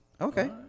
Okay